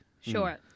sure